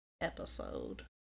episode